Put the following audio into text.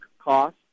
cost